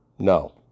No